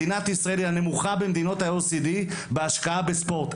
מדינת ישראל היא הנמוכה ממדינות ה- OECD בהשקעה בספורט,